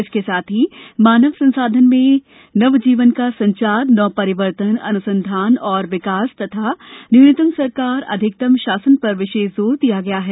इसके साथ ही मानव संसाधन में नवजीवन का संचार नव परिवर्तन अनुसंधान तथा विकास और न्यूनतम सरकार अधिकतम शासन पर विशेष जोर दिया गया है